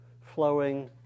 flowing